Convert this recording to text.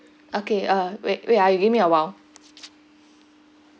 okay uh wait wait ah you give me a while